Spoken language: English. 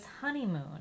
Honeymoon